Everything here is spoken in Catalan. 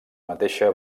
mateixa